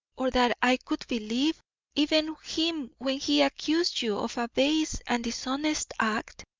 or that i could believe even him when he accused you of a base and dishonest act?